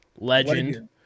Legend